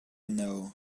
know